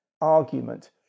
argument